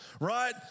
right